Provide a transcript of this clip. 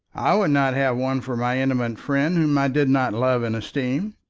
i would not have one for my intimate friend whom i did not love and esteem.